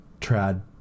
trad